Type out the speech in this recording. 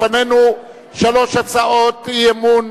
לפנינו שלוש הצעות אי-אמון,